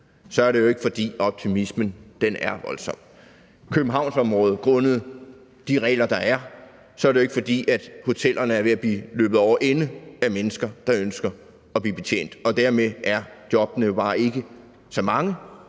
ad vinduet, jo ikke er, fordi optimismen er voldsom. Hotellerne i Københavnsområdet er jo ikke, grundet de regler, der er, ved at blive løbet over ende af mennesker, der ønsker at blive betjent, og dermed er jobbene jo bare ikke så mange,